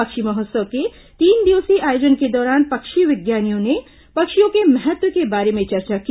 पक्षी महोत्सव के तीन दिवसीय आयोजन के दौरान पक्षी विज्ञानियों ने पक्षियों के महत्व के बारे में चर्चा की